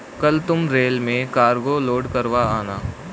कल तुम रेल में कार्गो लोड करवा आना